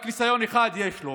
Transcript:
רק ניסיון אחד יש לו